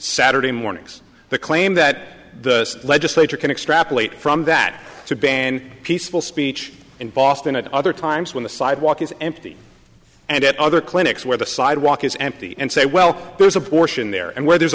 saturday mornings the claim that the legislature can extrapolate from that to ban peaceful speech in boston at other times when the sidewalk is empty and at other clinics where the sidewalk is empty and say well there's a portion there and where there's